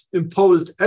imposed